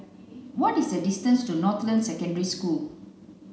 what is the distance to Northland Secondary School